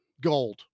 gold